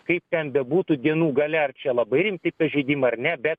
kaip ten bebūtų dienų gale ar čia labai rimti pažeidimai ar ne bet